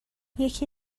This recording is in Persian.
یکی